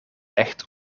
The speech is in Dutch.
echt